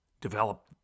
develop